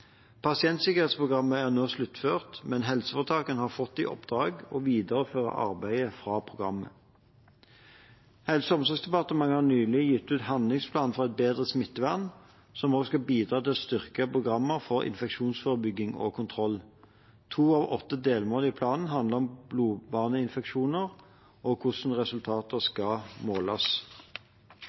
Pasientsikkerhetsprogrammet er nå sluttført, men helseforetakene har fått i oppdrag å videreføre arbeidet fra programmet. Helse- og omsorgsdepartementet har nylig gitt ut en handlingsplan for et bedre smittevern, som også skal bidra til å styrke programmer for infeksjonsforebygging og kontroll. To av åtte delmål i planen handler om blodbaneinfeksjoner og hvordan resultater skal måles.